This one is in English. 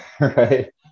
right